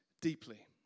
deeply